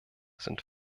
sind